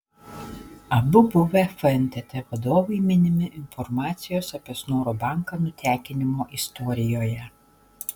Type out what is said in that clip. abu buvę fntt vadovai minimi informacijos apie snoro banką nutekinimo istorijoje